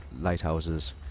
lighthouses